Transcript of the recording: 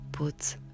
Put